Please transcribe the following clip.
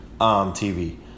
TV